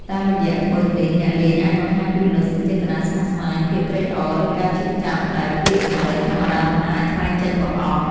តាមរយៈក្បឺតនេះ អ្នកលេងអាចបង្ហាញពីមនោសញ្ចេតនាស្មុគស្មាញ ភាពត្រេកអរ ឬការឈឺចាប់ដែលពាក្យសម្តីធម្មតាមិនអាចថ្លែងចេញមកអស់។